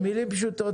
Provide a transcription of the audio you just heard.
במילים פשוטות,